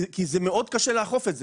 כי זה מאוד קשה לאכוף את זה.